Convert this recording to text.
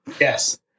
Yes